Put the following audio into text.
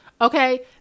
okay